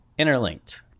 Interlinked